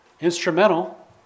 Instrumental